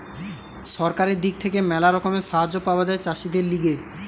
সরকারের দিক থেকে ম্যালা রকমের সাহায্য পাওয়া যায় চাষীদের লিগে